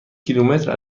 کیلومتر